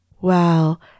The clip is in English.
Well